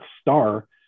Star